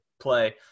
play